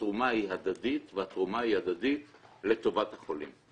התרומה היא הדדית והיא הדדית לטובת החולים,